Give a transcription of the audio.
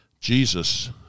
Jesus